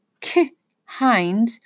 k-hind